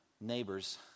neighbors